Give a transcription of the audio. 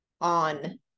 on